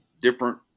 different